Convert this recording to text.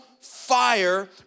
fire